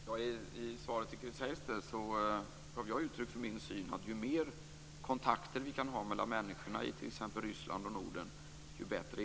Herr talman! I svaret till Chris Heister gav jag uttryck för min syn att ju mer kontakter vi kan ha mellan människorna i exempelvis Ryssland och Norden desto bättre.